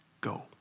go